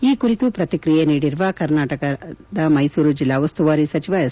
ಈ ಕುರಿತು ಪ್ರತಿಕಿಯೆ ನೀಡಿರುವ ಕರ್ನಾಟಕ ರಾಜ್ಜದ ಮೈಸೂರು ಜಿಲ್ಲಾ ಉಸ್ಸುವಾರಿ ಸಚಿವ ಎಸ್